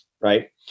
right